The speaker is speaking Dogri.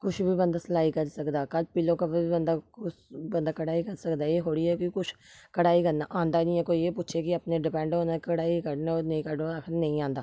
कुछ बी बंदा सलाई करी सकदा कल्ल पिल्लो कवर बी बंदा उस बंदा कढाई करी सकदा ऐ एह् थोह्ड़ी ऐ कि कुछ कढाई करना औंदा निं ऐ कोई एह् पुच्छै कि अपने डिपैंड होना कढाई कड्ढना होऐ नेईं कड्ढना होऐ आखो नेईं औंदा